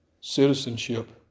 citizenship